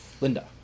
Linda